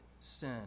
sin